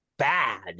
Bad